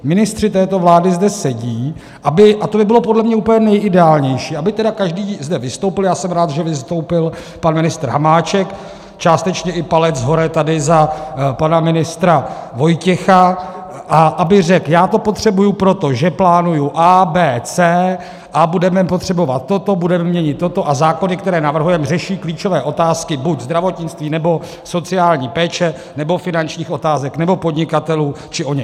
Ministři této vlády zde sedí, a to by bylo podle mě úplně nejideálnější, aby každý zde vystoupil jsem rád, že vystoupil pan ministr Hamáček, částečně i palec hore tady za pana ministra Vojtěcha a aby řekl: Já to potřebuji, protože plánuji A, B, C, a budeme potřebovat toto, budeme měnit toto, a zákony, které navrhujeme, řeší klíčové otázky buď zdravotnictví, nebo sociální péče, nebo finančních otázek, nebo podnikatelů, či oněch.